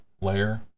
layer